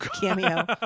cameo